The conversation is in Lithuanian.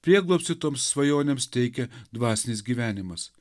prieglobstį tom svajonėms teikia dvasinis gyvenimas